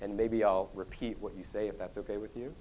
and maybe i'll repeat what you say it that's ok with you